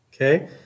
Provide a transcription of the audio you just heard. Okay